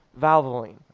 Valvoline